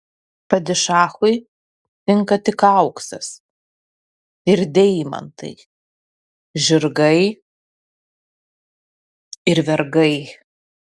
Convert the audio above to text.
padišachui tinka tik auksas ir deimantai žirgai ir vergai